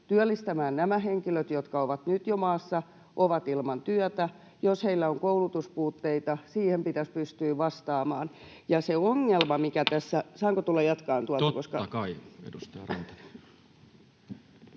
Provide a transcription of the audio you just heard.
työllistämään nämä henkilöt, jotka ovat nyt jo maassa ilman työtä. Jos heillä on koulutuspuutteita, siihen pitäisi pystyä vastaamaan. Ja se ongelma, mikä tässä...